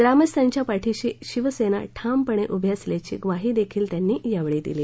ग्रामस्थांच्या पाठीशी शिवसेना ठामपणे उभी असल्याची ग्वाही देखील त्यांनी दिली